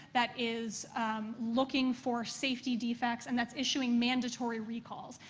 that is looking for safety defects and that's issuing mandatory recalls.